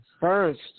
First